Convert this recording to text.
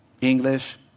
English